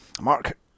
Mark